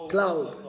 Cloud